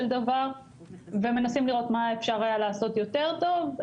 דבר ומנסים לראות מה אפשר היה לעשות יותר טוב.